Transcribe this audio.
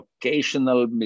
occasional